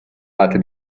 latte